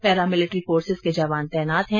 para military forces के जवान तैनात है